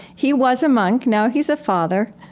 he was a monk, now he's a father.